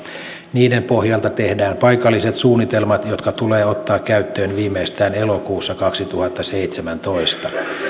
niiden pohjalta tehdään paikalliset suunnitelmat jotka tulee ottaa käyttöön viimeistään elokuussa kaksituhattaseitsemäntoista